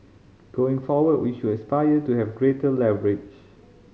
going forward we should aspire to have greater leverage